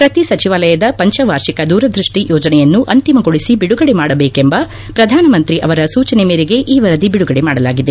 ಪ್ರತಿ ಸಚಿವಾಲಯದ ಪಂಚವಾರ್ಷಿಕ ದೂರದೃಷ್ಟಿ ಯೋಜನೆಯನ್ನು ಅಂತಿಮಗೊಳಿಸಿ ಬಿಡುಗಡೆ ಮಾಡಬೇಕೆಂಬ ಪ್ರಧಾನಮಂತ್ರಿ ಅವರ ಸೂಚನೆ ಮೇರೆಗೆ ಈ ವರದಿ ಬಿಡುಗಡೆ ಮಾಡಲಾಗಿದೆ